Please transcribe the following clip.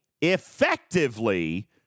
effectively